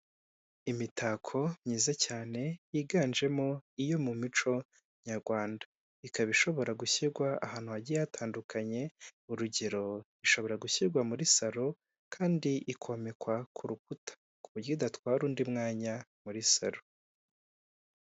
Imitako myiza cyane yiganjemo iyo mu mico nyarwanda, ikaba ishobora gushyirwa ahantu hagiye hatandukanye, urugero, ishobora gushyirwa muri salo kandi ikomekwa ku rukuta, kuburyo idatwara undi mwanya muri salo.